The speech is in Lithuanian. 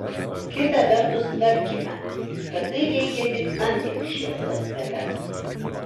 kita vertus tarkime kad tai veikia tik antinksčių ląsteles